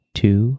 two